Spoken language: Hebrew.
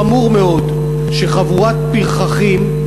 חמור מאוד שחבורת פרחחים,